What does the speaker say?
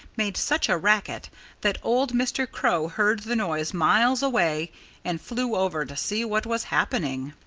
made such a racket that old mr. crow heard the noise miles away and flew over to see what was happening.